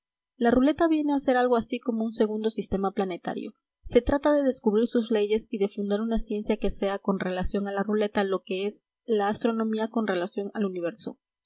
la ruleta viene a ser algo así como un segundo sistema planetario se trata de descubrir sus leyes y de fundar una ciencia que sea con relación a la ruleta lo que es la astronomía con relación al universo